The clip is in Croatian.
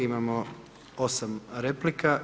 Imamo 8 replika.